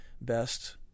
best